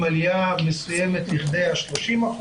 עם עלייה מסוימת לכדי ה-30%.